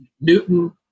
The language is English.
Newton